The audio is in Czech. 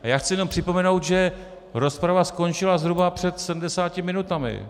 Já chci jenom připomenout, že rozprava skončila zhruba před 70 minutami.